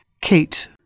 Kate